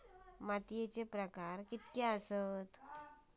मातीचे प्रकार कितके आसत?